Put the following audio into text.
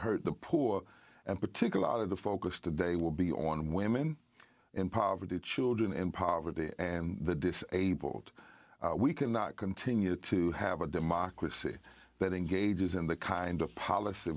hurt the poor and particularly the focus today will be on women in poverty children in poverty and the disabled we cannot continue to have a democracy that engages in the kind of policy